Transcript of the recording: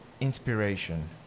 inspiration